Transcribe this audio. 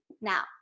now